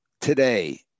today